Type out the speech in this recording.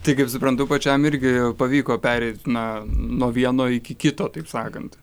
tai kaip suprantu pačiam irgi pavyko pereit na nuo vieno iki kito taip sakant